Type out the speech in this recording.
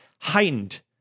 heightened